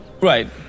Right